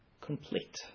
complete